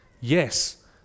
yes